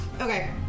Okay